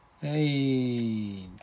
Hey